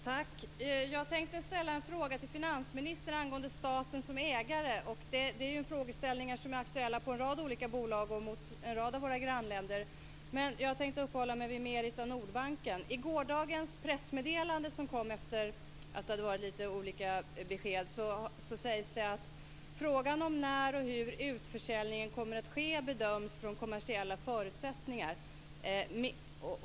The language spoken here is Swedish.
Herr talman! Jag tänkte ställa en fråga till finansministern angående staten som ägare. Det finns ju frågeställningar som är aktuella kring en rad olika bolag och en rad av våra grannländer. Jag tänkte uppehålla mig vid Merita Nordbanken. I gårdagens pressmeddelande som kom efter det att det hade varit lite olika besked sägs det att frågan om när och hur utförsäljningen kommer att ske bedöms från kommersiella förutsättningar.